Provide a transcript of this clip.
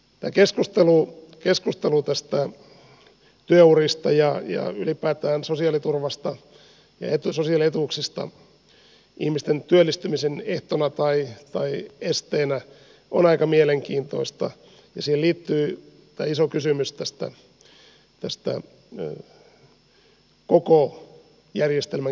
tämä keskustelu näistä työurista ja ylipäätään sosiaaliturvasta ja sosiaalietuuksista ihmisten työllistymisen ehtona tai esteenä on aika mielenkiintoista ja siihen liittyy tämä iso kysymys tästä koko järjestelmän kestävyydestä